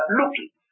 looking